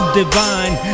divine